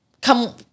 come